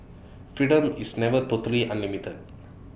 freedom is never totally unlimited